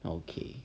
okay